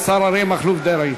השר אריה מכלוף דרעי.